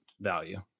value